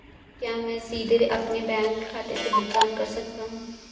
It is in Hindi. क्या मैं सीधे अपने बैंक खाते से भुगतान कर सकता हूं?